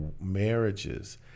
marriages